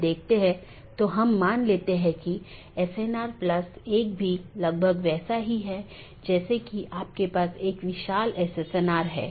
यहां R4 एक स्रोत है और गंतव्य नेटवर्क N1 है इसके आलावा AS3 AS2 और AS1 है और फिर अगला राउटर 3 है